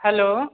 hello